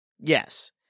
yes